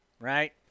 Right